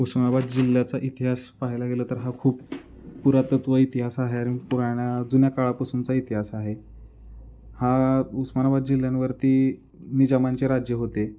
उस्मानाबाद जिल्ह्याचा इतिहास पाहायला गेला तर हा खूप पुरातत्व इतिहास आहे अर पुराण्या जुन्या काळापासूनचा इतिहास आहे हा उस्मानाबाद जिल्ह्यावरती निजामांचे राज्य होते